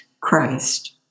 Christ